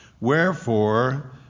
Wherefore